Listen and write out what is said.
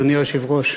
אדוני היושב-ראש,